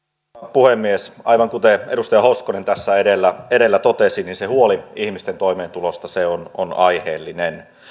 puhemies aivan kuten edustaja hoskonen tässä edellä edellä totesi se huoli ihmisten toimeentulosta on on aiheellinen